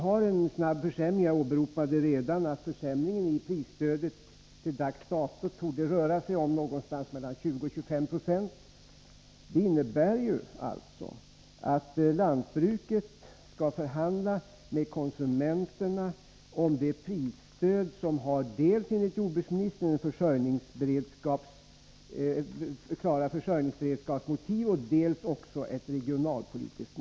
Jag nämnde att försämringarna av prisstödet till dags dato torde ligga vid 20-25 Jo. Det här innebär att lantbruket skall förhandla med konsumenterna om det prisstöd som, enligt jordbruksministern, har motiverats med hänsyn till dels försörjningsberedskapen, dels regionalpolitiken.